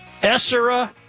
Esra